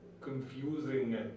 confusing